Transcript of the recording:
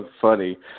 funny